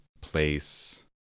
place